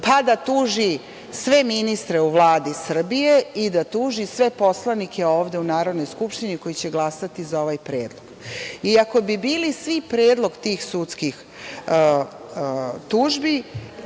pa da tuži sve ministre u Vladi Srbije i da tuži sve poslanike ovde u Narodnoj skupštini koji će glasati za ovaj predlog. I, ako bi bili svi predmet tih sudskih tužbi,